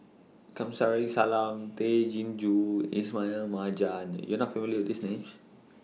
Kamsari Salam Tay Chin Joo Ismail Marjan YOU Are not familiar with These Names